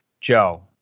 Joe